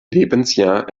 lebensjahr